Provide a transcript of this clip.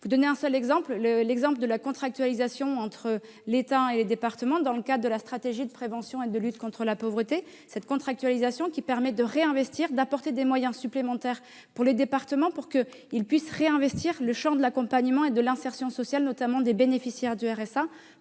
À titre d'exemple, j'évoquerai la contractualisation entre l'État et les départements dans le cadre de la stratégie nationale de prévention et de lutte contre la pauvreté. Cette contractualisation permet d'octroyer des moyens supplémentaires aux départements afin qu'ils puissent réinvestir le champ de l'accompagnement et de l'insertion sociale, notamment des bénéficiaires du RSA,